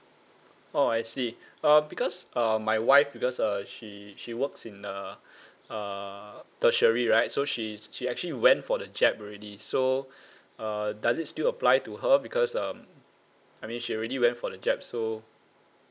oh I see uh because uh my wife because uh she she works in uh uh tertiary right so she she actually went for the jab already so err does it still apply to her because um I mean she already went for the jab so